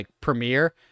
premiere